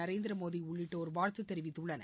நரேந்திர மோடி உள்ளிட்டோர் வாழ்த்து தெரிவித்துள்ளனர்